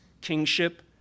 kingship